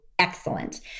excellent